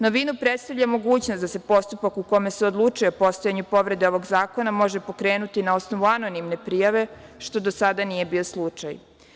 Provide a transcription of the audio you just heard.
Novinu predstavlja i mogućnost da se postupak u kome se odlučuje o postojanju povrede ovog zakona može pokrenuti na osnovu anonimne prijave, što do sada nije bio slučaj.